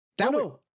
No